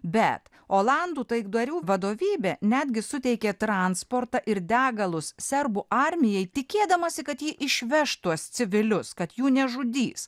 bet olandų taikdarių vadovybė netgi suteikė transportą ir degalus serbų armijai tikėdamasi kad ji išveš tuos civilius kad jų nežudys